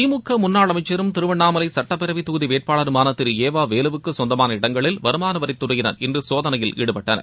திமுக முன்னாள் அமைச்சரும் திருவண்ணாமலை சட்டப்பேரவை தொகுதி வேட்பாளருமான திரு எ வ வேலுவுக்கு சொந்தமான இடங்களில் வருமான வரித்துறையினர் இன்று சோதனையில் ஈடுபட்டனர்